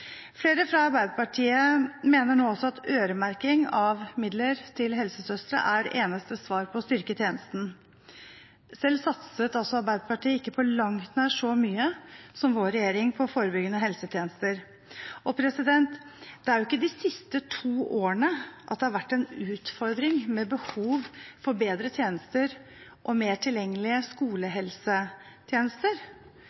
Flere fra Arbeiderpartiet mener nå også at øremerking av midler til helsesøstre er eneste svar for å styrke tjenesten. Selv satset Arbeiderpartiet ikke på langt nær så mye som vår regjering på forebyggende helsetjenester. Det er jo ikke de siste to årene at det har vært en utfordring med behov for bedre tjenester og mer tilgjengelige skolehelsetjenester.